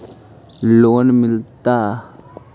Loan मिलता?